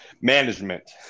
management